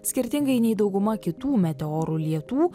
skirtingai nei dauguma kitų meteorų lietų